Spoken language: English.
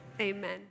Amen